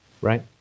right